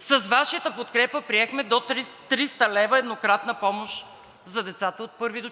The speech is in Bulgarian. С Вашата подкрепа приехме до 300 лв. еднократна помощ за децата от първи до